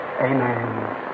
Amen